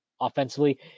offensively